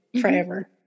forever